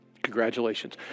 Congratulations